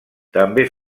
també